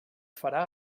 farà